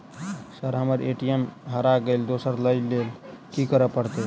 Sir हम्मर ATM हरा गइलए दोसर लईलैल की करऽ परतै?